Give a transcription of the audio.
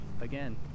again